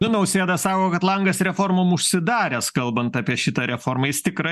nu nausėda sako kad langas reformom užsidaręs kalbant apie šitą reformą jis tikrai